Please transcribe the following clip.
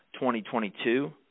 2022